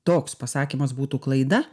toks pasakymas būtų klaida